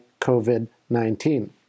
COVID-19